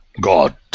God